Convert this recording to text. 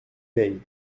bey